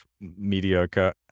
mediocre